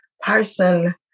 person